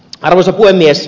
arvoisa puhemies